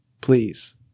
please